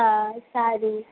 હા સારું